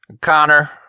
Connor